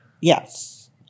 Yes